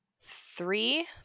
Three